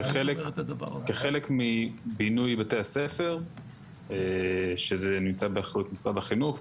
כחלק מבינוי בתי-הספר שזה נמצא באחריות משרד החינוך,